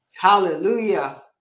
Hallelujah